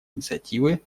инициативы